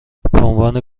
بعنوان